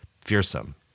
fearsome